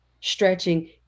stretching